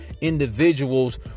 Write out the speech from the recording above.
individuals